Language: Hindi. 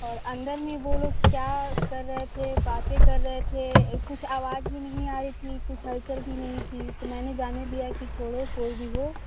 और अंदर में वो लोग क्या कर रहे थे बातें कर रहे थे कुछ आवाज भी नहीं आ रही थी कुछ हलचल भी नहीं थी तो मैंने जाने दिया कि छोड़ो कोई भी हो